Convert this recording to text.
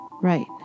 Right